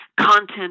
content